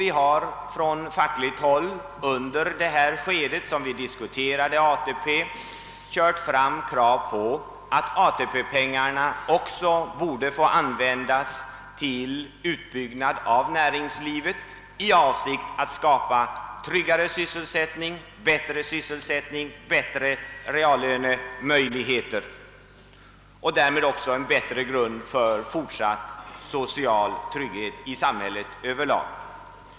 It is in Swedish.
Vi förde från fackligt håll under det skede, då ATP diskuterades, fram krav på att ATP-pengarna också skulle få användas till utbyggnad av näringslivet i avsikt att skapa tryggare sysselsättning, bättre sysselsättning, bättre reallönemöjlighe ter och därmed också en bättre grund för social trygghet i samhället som helhet.